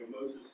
Moses